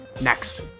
next